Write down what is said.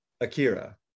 Akira